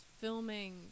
filming